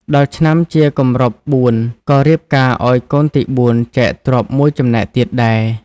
ដល់ឆ្នាំជាគម្រប់ ៤ ក៏រៀបការឱ្យកូនទី ៤ ចែកទ្រព្យ ១ ចំណែកទៀតដែរ ។